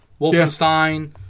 Wolfenstein